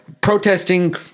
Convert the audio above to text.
protesting